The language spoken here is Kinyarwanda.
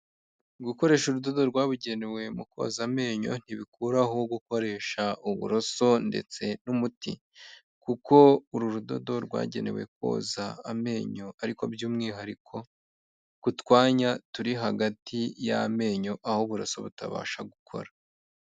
Gukoresha urudodo rwabugenewe mu koza amenyo ntibikuraho gukoresha uburoso ndetse n'umuti, kuko uru rudodo rwagenewe koza amenyo ariko by'umwihariko ku twanya turi hagati y'amenyo, aho uburoso butabasha gukora.